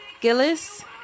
Gillis